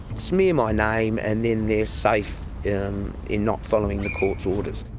smear my name and then they're safe in in not following the court's orders.